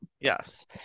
Yes